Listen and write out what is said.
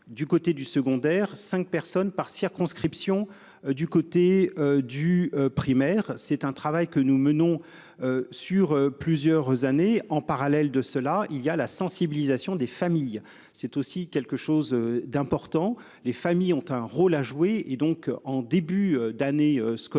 Du côté du secondaire 5 personnes par circonscription. Du côté du primaire. C'est un travail que nous menons. Sur plusieurs années. En parallèle de cela il y a la sensibilisation des familles c'est aussi quelque chose d'important. Les familles ont un rôle à jouer et donc en début d'année scolaire.